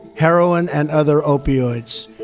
heroin and other opioids.